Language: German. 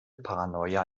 paranoia